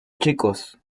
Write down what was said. chicos